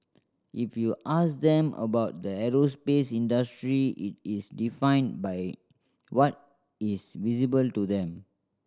if you ask them about the aerospace industry it is defined by what is visible to them